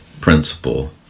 principle